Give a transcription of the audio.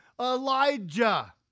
Elijah